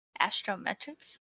Astrometrics